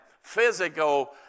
physical